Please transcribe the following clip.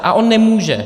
A on nemůže.